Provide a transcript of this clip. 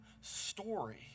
story